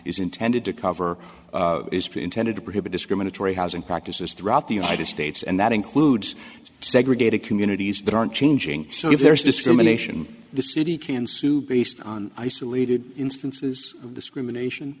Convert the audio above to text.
is intended to cover is intended to prohibit discriminatory housing practices throughout the united states and that includes segregated communities that aren't changing so if there is discrimination the city can sue based on isolated instances of discrimination